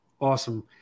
Awesome